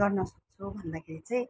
गर्नसक्छु भन्दाखेरि चाहिँ